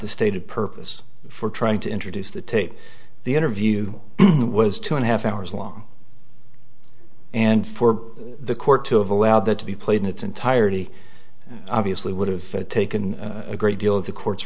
the stated purpose for trying to introduce the tape the interview was two and a half hours long and for the court to have allowed that to be played in its entirety obviously would have taken a great deal of the court